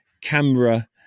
camera